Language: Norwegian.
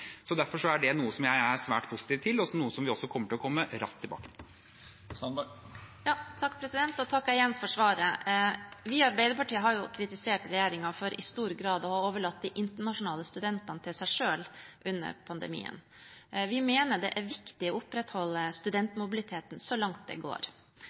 å komme raskt tilbake til. Da takker jeg igjen for svaret. Vi i Arbeiderpartiet har jo kritisert regjeringen for i stor grad å overlate de internasjonale studentene til seg selv under pandemien. Vi mener det er viktig å opprettholde studentmobiliteten så langt det går.